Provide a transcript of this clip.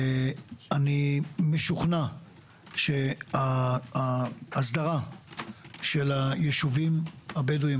אני משוכנע שהסדרת הישובים הבדואים